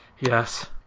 Yes